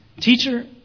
Teacher